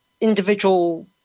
individual